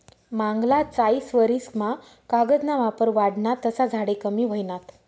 मांगला चायीस वरीस मा कागद ना वापर वाढना तसा झाडे कमी व्हयनात